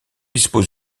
dispose